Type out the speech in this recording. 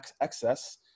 excess